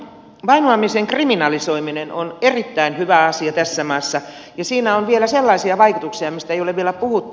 vainoamisen kriminalisoiminen on erittäin hyvä asia tässä maassa ja siinä on vielä sellaisia vaikutuksia mistä ei ole vielä puhuttu